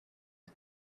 the